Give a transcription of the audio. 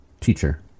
teacher